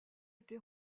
été